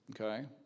Okay